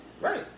right